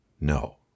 No